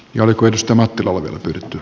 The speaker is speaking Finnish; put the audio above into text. jouni koivisto mattiloiden